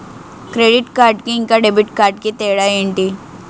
Credit card కి ఇంకా debit card కి తేడా ఏంటి?